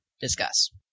discuss